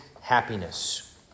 happiness